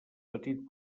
petit